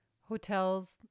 hotels